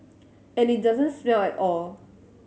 and it doesn't smell at all